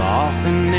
often